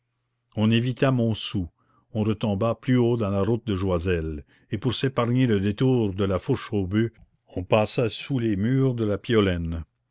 on évita montsou on retomba plus haut dans la route de joiselle et pour s'épargner le détour de la fourche aux boeufs on passa sous les murs de la piolaine